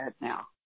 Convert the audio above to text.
now